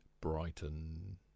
Brighton